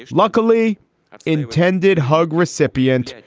luckily intended hug recipient.